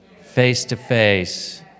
face-to-face